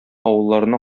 авылларына